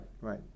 right